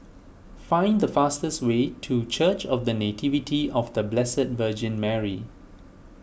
find the fastest way to Church of the Nativity of the Blessed Virgin Mary